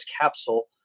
Capsule